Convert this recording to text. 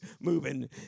moving